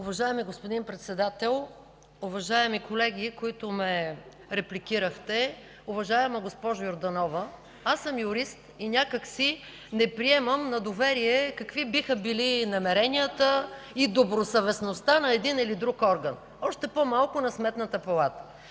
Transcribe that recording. Уважаеми господин Председател, уважаеми колеги, които ме репликирахте! Уважаема госпожо Йорданова, аз съм юрист и някак си не приемам на доверие какви биха били намеренията и добросъвестността на един или друг орган, още по-малко на Сметната палата.